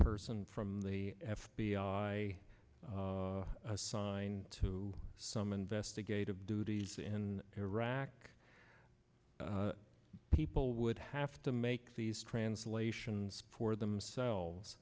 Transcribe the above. person from the f b i assigned to some investigative duties in iraq people would have to make these translations for themselves